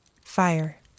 Fire